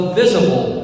visible